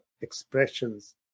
expressions